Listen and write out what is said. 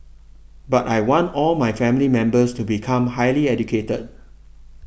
but I want all my family members to become highly educator